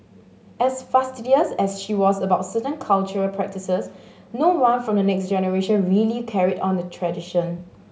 as fastidious as she was about certain cultural practices no one from the next generation really carried on the tradition